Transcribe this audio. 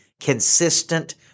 consistent